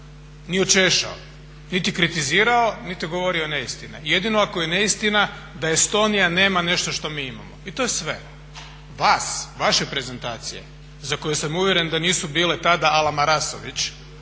ni očešao niti kritizirao niti govorio neistine. Jedino ako je neistina da Estonija nema nešto što mi imamo, i to je sve. Vas, vaše prezentacije za koje sam uvjeren da nisu bile tada a la Marasović